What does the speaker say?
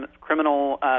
criminal